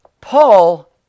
Paul